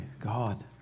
God